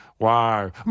Wow